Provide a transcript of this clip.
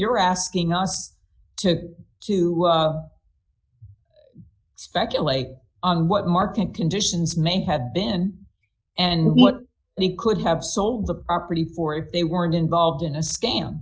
you're asking us to to speculate on what market conditions may have been and what he could have sold the property for they weren't involved in a